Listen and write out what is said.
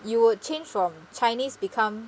you would change from chinese become